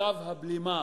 קו הבלימה,